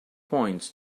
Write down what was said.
points